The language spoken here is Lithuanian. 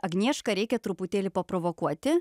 agniešką reikia truputėlį paprovokuoti